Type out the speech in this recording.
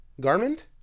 Garment